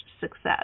success